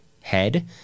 head